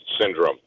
syndrome